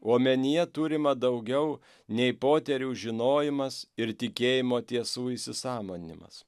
omenyje turima daugiau nei poterių žinojimas ir tikėjimo tiesų įsisąmoninimas